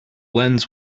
lens